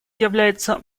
является